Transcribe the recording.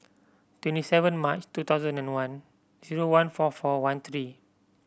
twenty seven March two thousand and one zero one four four one three